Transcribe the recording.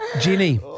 Jenny